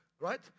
right